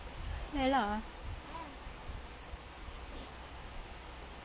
fair lah